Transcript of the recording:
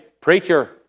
preacher